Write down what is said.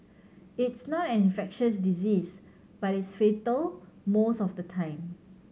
it's not an infectious disease but it's fatal most of the time